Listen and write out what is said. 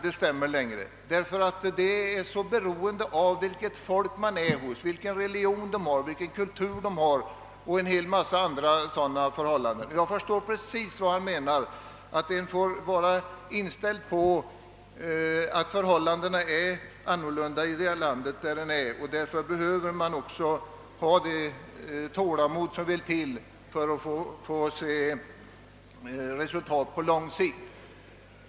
Det beror på vilket folk man är hos, vilken religion och kultur det har etc.» Jag förstår precis vad han menar. Man måste vara inställd på att förhållandena är olika i olika länder, och därför behöver man ha tålamod och inte vänta sig resultat alltför snabbt.